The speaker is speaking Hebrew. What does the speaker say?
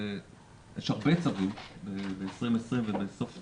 שיש הרבה צווים ב-2020 ובסוף 2019,